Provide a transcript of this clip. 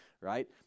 right